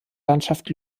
landschaft